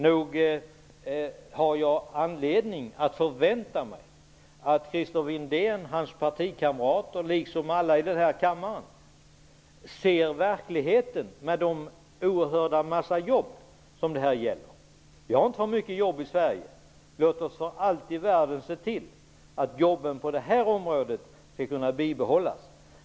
Jag har anledning att förvänta mig att Christer Windén och hans partikamrater, liksom alla andra i denna kammare, ser den verklighet i form av en oerhörd mängd jobb som det här gäller. Vi har inte för många jobb i Sverige. Låt oss för allt i världen se till att jobben på detta område skall kunna bibehållas!